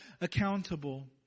accountable